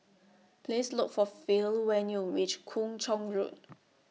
Please Look For Phil when YOU REACH Kung Chong Road